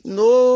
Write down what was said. no